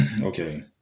Okay